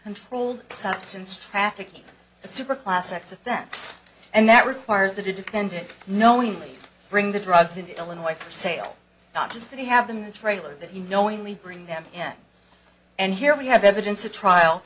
controlled substance trafficking the superclass sex offense and that requires a defendant knowingly bring the drugs in illinois for sale not just that he have them in the trailer that he knowingly bring them in and here we have evidence a trial